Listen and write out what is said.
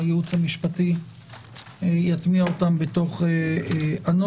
והייעוץ המשפטי יטמיע אותם בנוסח.